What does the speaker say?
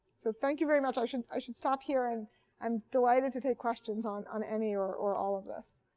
so thank you very much. i should i should stop here, and i'm delighted to take questions on on any or or all of this.